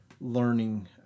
learning